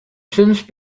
since